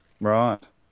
Right